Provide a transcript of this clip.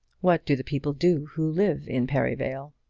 what do the people do who live in perivale?